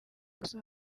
gusa